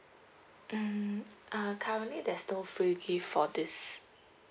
mm ah currently there's no free gift for this